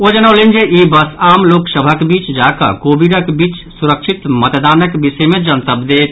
ओ जनौलनि जे ई बस आम लोक सभक बीच जाकऽ कोविडक बीच सुरक्षित मतदानक विषय मे जनतब देत